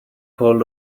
hold